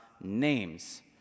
names